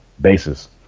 basis